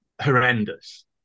horrendous